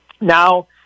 Now